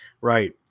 Right